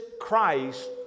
Christ